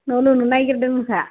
न' लुनो नागिरदों नोंस्रा